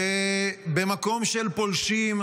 ובמקום של פולשים,